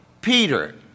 Peter